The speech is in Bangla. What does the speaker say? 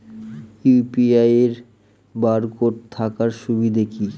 ইউ.পি.আই এর বারকোড থাকার সুবিধে কি?